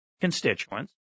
constituents